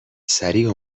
سریع